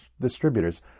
distributors